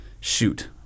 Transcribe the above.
shoot